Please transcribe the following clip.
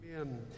Amen